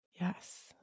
Yes